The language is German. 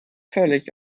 völlig